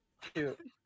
Cute